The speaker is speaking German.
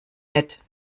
mit